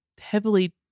heavily